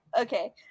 Okay